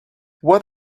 what